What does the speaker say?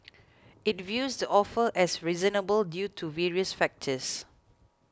it views the offer as reasonable due to various factors